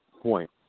point